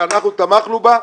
ואנחנו תמכנו בה,